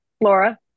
Laura